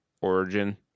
origin